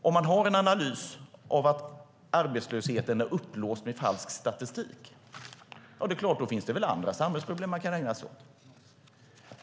Om man har en analys om att arbetslösheten är uppblåst med falsk statistik finns det ju andra samhällsproblem att ägna sig åt.